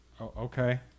Okay